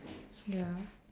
ya